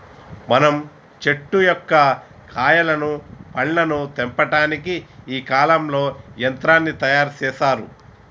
మనం చెట్టు యొక్క కాయలను పండ్లను తెంపటానికి ఈ కాలంలో యంత్రాన్ని తయారు సేసారు